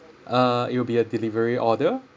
uh it'll be a delivery order